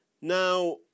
Now